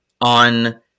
on